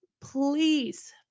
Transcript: please